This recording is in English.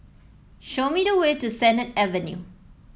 show me the way to Sennett Avenue